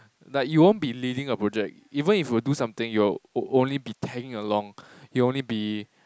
like you won't be leading a project even if you do something you you'll only be tagging along you only be